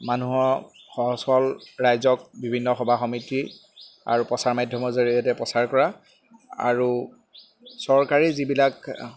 মানুহৰ সহজ সৰল ৰাইজক বিভিন্ন সভা সমিতি আৰু প্ৰচাৰ মাধ্যমৰ জৰিয়তে প্ৰচাৰ কৰা আৰু চৰকাৰী যিবিলাক